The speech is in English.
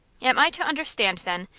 am i to understand, then,